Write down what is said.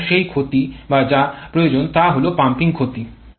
এবং সেই ক্ষতি বা যা প্রয়োজন তা হল পাম্পিং ক্ষতি বলে